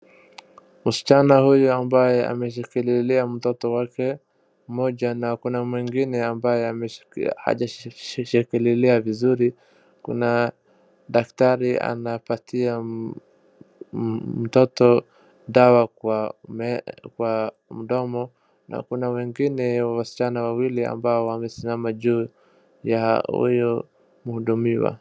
Msichana huyu ambaye ameshikililia mtoto wake na kuna mmoja ambaye ameshik, hajashishikililia vizuri. Kuna daktari anapatia m, mtoto dawa kwa me, kwa mdomo. Na kuna wengine wasichana wawili ambao wamesimama juu ya huyo mhudumiwa.